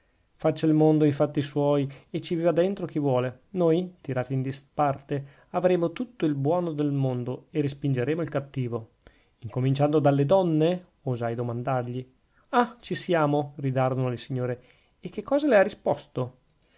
faccia il mondo i fatti suoi e ci viva dentro chi vuole noi tirati in disparte avremo tutto il buono del mondo e respingeremo il cattivo incominciando dalle donne osai domandargli ah ci siamo gridarono le signore e che cosa le ha risposto